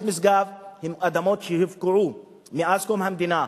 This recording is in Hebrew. משגב הן אדמות שהופקעו מאז קום המדינה,